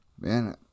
Man